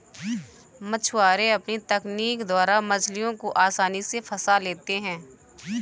मछुआरे अपनी तकनीक द्वारा मछलियों को आसानी से फंसा लेते हैं